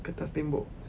kertas tembok